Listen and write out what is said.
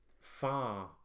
far